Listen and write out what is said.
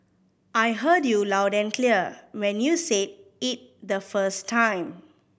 I heard you loud and clear when you said it the first time